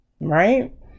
right